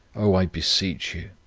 oh! i beseech you,